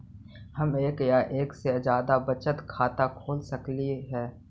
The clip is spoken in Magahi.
हम एक या एक से जादा बचत खाता खोल सकली हे?